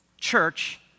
church